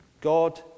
God